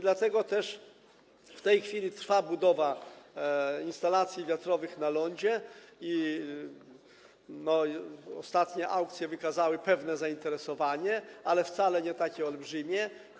Dlatego w tej chwili trwa budowa instalacji wiatrowych na lądzie i ostatnie aukcje wykazały pewne zainteresowanie, ale wcale nie takie olbrzymie.